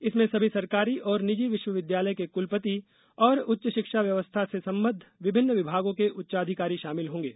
इसमें सभी सरकारी और निजी विश्वविद्यालय के कुलपति और उच्च शिक्षा व्यवस्था से सम्बद्ध विभिन्न विभागों के उच्चाधिकारी शामिल होंगे